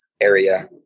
area